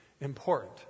important